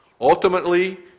Ultimately